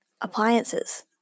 appliances